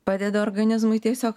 padeda organizmui tiesiog